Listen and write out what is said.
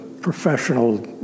professional